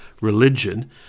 religion